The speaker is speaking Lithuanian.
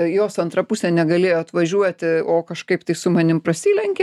jos antra pusė negalėjo atvažiuoti o kažkaip tai su manim prasilenkė